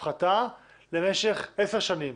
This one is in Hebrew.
הפחתה למשך עשר שנים,